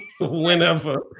whenever